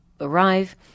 arrive